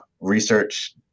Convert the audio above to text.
research